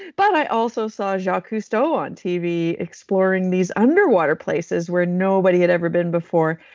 but i also saw jacque cousteau on tv exploring these underwater places, where nobody had ever been before.